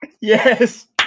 Yes